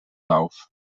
lauf